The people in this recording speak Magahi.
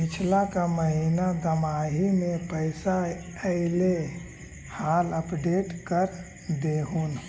पिछला का महिना दमाहि में पैसा ऐले हाल अपडेट कर देहुन?